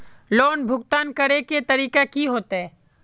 Loan भुगतान करे के तरीका की होते?